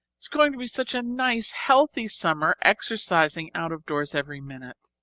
it's going to be such a nice, healthy summer exercising out of doors every minute.